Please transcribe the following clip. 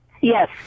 Yes